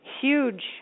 huge